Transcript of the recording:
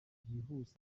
byihuse